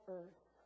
earth